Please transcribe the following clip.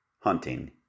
hunting